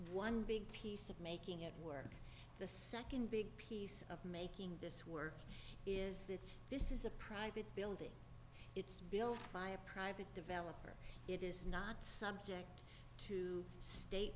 one big piece of making it and the second big piece of making this work is that this is a private building it's built by a private developer it is not subject to state